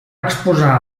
exposar